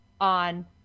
on